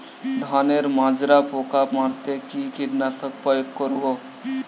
ধানের মাজরা পোকা মারতে কি কীটনাশক প্রয়োগ করব?